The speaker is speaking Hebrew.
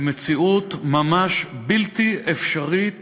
למציאות ממש בלתי אפשרית